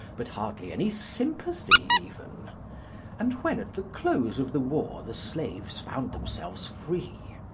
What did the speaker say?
but hardly any sympathy even and when at the close of the war the slaves found themselves free,